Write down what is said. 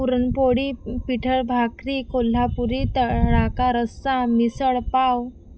पुरणपोळी पिठलं भाकरी कोल्हापुरी तडका रस्सा मिसळ पाव